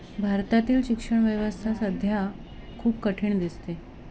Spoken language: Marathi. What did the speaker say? भारतातील शिक्षण व्यवस्था सध्या खूप कठीण दिसते